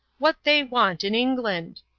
what they want in england?